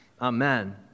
Amen